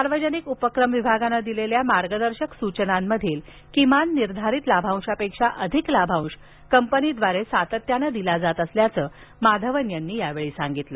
सार्वजनिक उपक्रम विभागाने दिलेल्या मार्गदर्शक सूचनांमधील किमान निर्धारित लाभांशापेक्षा अधिक लाभांश कंपनीद्वारे सातत्याने दिला जात असल्याचे माधवन म्हणाले